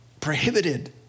prohibited